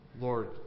Lord